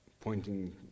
pointing